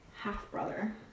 Half-brother